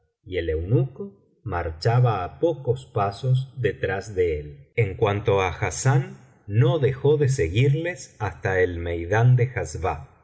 y el eunuco marchaba á pocos pasos detrás de él en cuanto á has sán no dejó de seguirles hasta el meidán de hasba